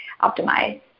Optimize